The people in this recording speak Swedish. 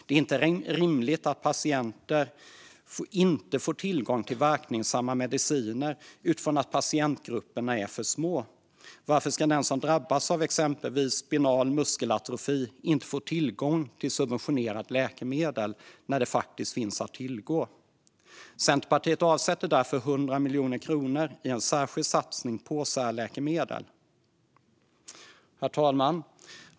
Det är inte rimligt att patienter inte får tillgång till verksamma mediciner utifrån att patientgrupperna är för små. Varför ska den som drabbats av exempelvis spinal muskelatrofi inte få tillgång till subventionerade läkemedel när de faktiskt finns att tillgå? Centerpartiet avsätter därför 100 miljoner kronor i en särskild satsning på särläkemedel. Herr talman!